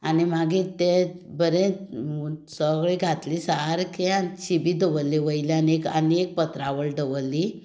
आनी मागीर तें बरें सगळें घातलें सारकें आनी शिडी दवरली वयल्यान आनी आनी एक पत्रावळ दवरली